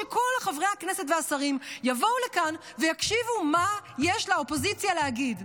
שכל חברי הכנסת והשרים יבואו לכאן ויקשיבו מה יש לאופוזיציה להגיד.